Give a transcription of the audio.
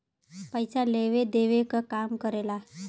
पइसा लेवे देवे क काम करेला